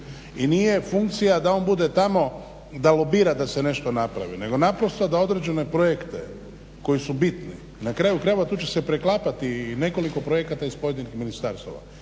I nije funkcija da on bude tamo, da lobira da se nešto napravi, nego naprosto da određene projekte koji su bitni, na kraju krajeva tu će se preklapati i nekoliko projekata iz pojedinih ministarstava.